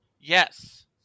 Yes